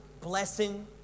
blessing